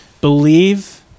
Believe